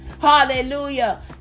Hallelujah